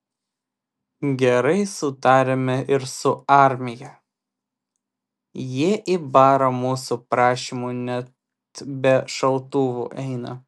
gerai sutariame ir su armija jie į barą mūsų prašymu net be šautuvų eina